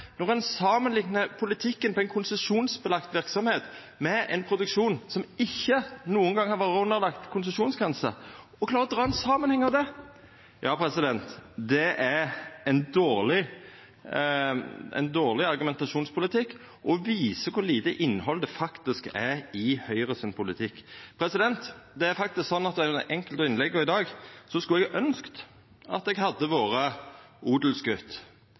når ein samanliknar politikken på ein konsesjonsbelagd verksemd med ein produksjon som ikkje nokon gong har vore underlagt konsesjonsgrense. Å klara å dra ein samanheng her – ja, det er ein dårleg argumentasjonspolitikk, og det viser kor lite innhald det faktisk er i Høgre sin politikk. Det er faktisk sånn at eg under enkelte av innlegga i dag skulle ønskt at eg hadde vore